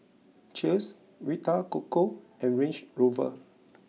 Cheers Vita Coco and Range Rover